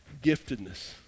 giftedness